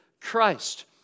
Christ